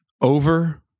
over